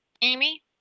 Amy